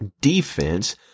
defense